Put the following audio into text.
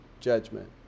judgment